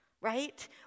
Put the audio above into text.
right